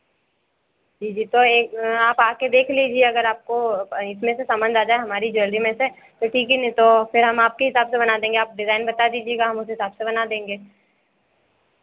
जी जी तो एक आप आके देख लीजिए अगर आपको इसमें से समंद आ जाए हमारी ज्वेलरी में से तो ठीक है नहीं तो फिर हम आपके हिसाब से बना देंगे आप डिज़ाइन बता दीजिएगा हम उस हिसाब से बना देंगे